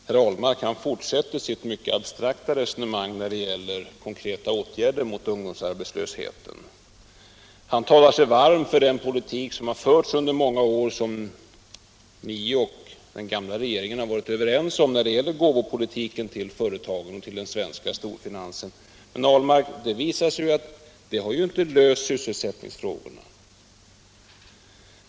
Herr talman! Herr Ahlmark fortsätter sitt mycket abstrakta resonemang när det gäller konkreta åtgärder mot ungdomsarbetslösheten. Han talar sig 75 varm för den politik som förts under många år och som folkpartiet och den gamla regeringen varit överens om, gåvopolitiken till företagen och den svenska storfinansen. Men det visar sig ju att den inte har löst sysselsättningsfrågorna.